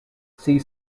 sea